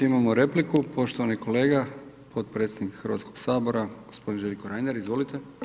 Imamo repliku, poštovani kolega potpredsjednik Hrvatskog sabora gospodin Željko Reiner, izvolite.